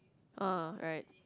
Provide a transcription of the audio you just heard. ah right